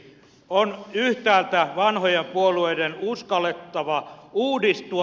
on yhtäältä vanhojen puolueiden uskallettava uudistua